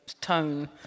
tone